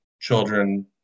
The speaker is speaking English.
children